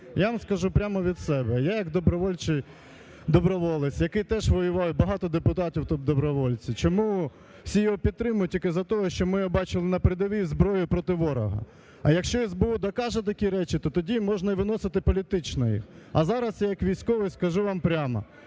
Я вам скажу прямо від себе, я як доброволець, який теж воював і багато депутатів тут добровольці, чому всі його підтримують тільки із-за того, що ми його бачили на передовій із зброєю проти ворога. А якщо СБУ докаже такі речі, то тоді можна виносити політично їх. А зараз я як військовий скажу вам прямо: